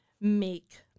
make